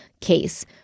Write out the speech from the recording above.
case